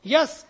Yes